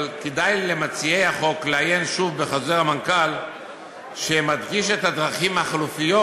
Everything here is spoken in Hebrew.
אבל כדאי למציעי החוק לעיין שוב בחוזר המנכ"ל שמדגיש את הדרכים החלופיות